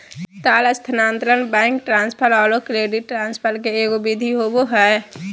तार स्थानांतरण, bank transfer औरो क्रेडिट ट्रांसफ़र के एगो विधि होबो हइ